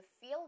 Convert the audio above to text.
feel